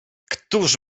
któż